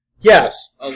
Yes